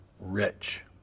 rich